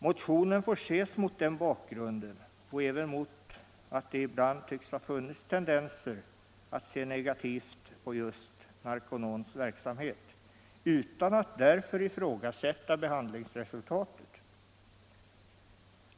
Motionen får ses mot den bakgrunden och även mot att det ibland tycks ha funnits tendenser att se negativt på just Narconons verksamhet utan att därför ifrågasätta behandlingsresultatet.